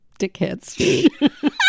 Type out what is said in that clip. dickheads